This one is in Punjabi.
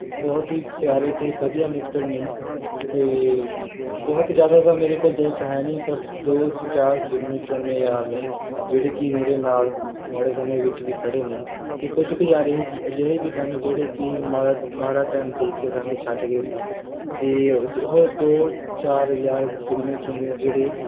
ਬਹੁਤ ਹੀ ਪਿਆਰੇ ਅਤੇ ਵਧੀਆ ਮਿੱਤਰ ਨੇ ਅਤੇ ਬਹੁਤ ਜ਼ਿਆਦਾ ਤਾਂ ਮੇਰੇ ਕੋਲ਼ ਦੋਸਤ ਹੈ ਨਹੀਂ ਬਸ ਦੋ ਚਾਰ ਗਿਣਵੇਂ ਚੁਣਵੇਂ ਯਾਰ ਨੇ ਜਿਹੜੇ ਕਿ ਮੇਰੇ ਨਾਲ ਮਾੜੇ ਸਮੇਂ ਵਿੱਚ ਵੀ ਖੜ੍ਹੇ ਨੇ ਅਤੇ ਕੁਝ ਕੁ ਯਾਰ ਇਹ ਜਿਹੇ ਅਜਿਹੇ ਵੀ ਸਨ ਜਿਹੜੇ ਕਿ ਮਾੜਾ ਮਾੜਾ ਟਾਈਮ ਦੇਖ ਕੇ ਸਾਨੂੰ ਛੱਡ ਗਏ ਸੀ ਅਤੇ ਅੱਜ ਉਹ ਦੋ ਚਾਰ ਯਾਰ ਗਿਣਵੇਂ ਚੁਣਵੇਂ ਜਿਹੜੇ